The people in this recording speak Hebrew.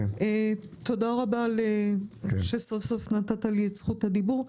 תודה רבה שסוף-סוף נתת לי את רשות הדיבור.